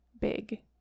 big